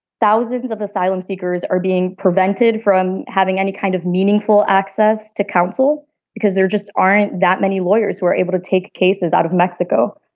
thousands of asylum seekers are being prevented from having any kind of meaningful access to counsel because there just aren't that many lawyers were able to take cases out of mexico.